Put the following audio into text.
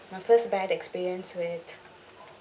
my first bad experience with